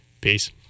peace